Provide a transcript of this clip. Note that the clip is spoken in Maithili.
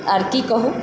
आर की कहू